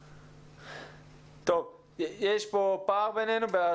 טוב, יש פער בינינו.